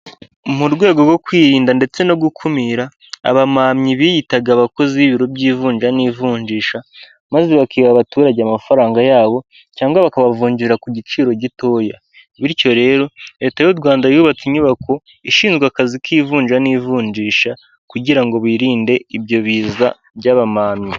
Mu rwego rwo kwirinda ndetse no gukumira abamamyi biyitaga abakozi b'ibiro by'ivunja n'ivunjisha maze bakiba abaturage amafaranga yabo cyangwa bakabavunjira ku giciro gitoya, bityo rero Leta y'u Rwanda yubaka inyubako ishinzwe akazi k'ivunja n'ivunjisha, kugira ngo birinde ibyo biza by'abamamyi.